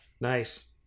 Nice